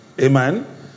amen